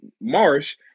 marsh